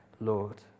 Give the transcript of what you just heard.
Lord